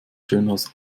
schöneres